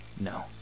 No